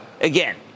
again